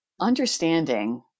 understanding